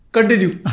Continue